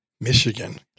Michigan